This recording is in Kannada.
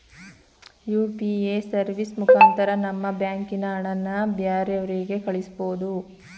ಯು.ಪಿ.ಎ ಸರ್ವಿಸ್ ಮುಖಾಂತರ ನಮ್ಮ ಬ್ಯಾಂಕಿನ ಹಣನ ಬ್ಯಾರೆವ್ರಿಗೆ ಕಳಿಸ್ಬೋದು